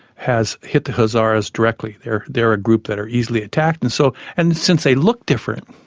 has hit the hazaras directly. they're they're a group that are easily attacked and so, and since they look different,